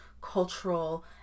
cultural